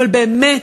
אבל באמת,